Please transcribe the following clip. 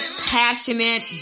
passionate